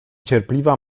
cierpliwa